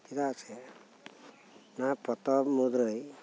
ᱪᱮᱫᱟᱜ ᱥᱮ ᱚᱱᱟ ᱯᱚᱛᱚᱵ ᱢᱩᱨᱟᱹᱭ